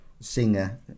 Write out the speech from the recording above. singer